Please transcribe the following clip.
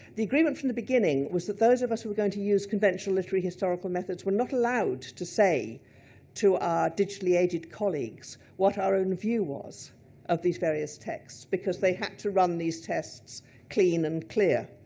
the agreement from the beginning was that those of us who were going to use conventional literary historical methods were not allowed to say to our digitally aided colleagues what our own view was of these various texts, because they had to run these tests clean and clear.